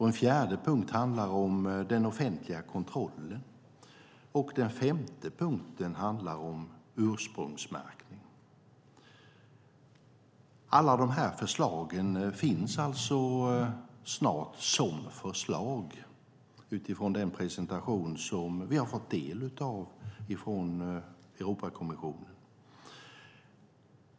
En fjärde punkt handlar om den offentliga kontrollen, och den femte punkten handlar om ursprungsmärkning. Alla de här sakerna finns alltså snart som förslag, utifrån den presentation som vi har fått del av från Europakommissionen.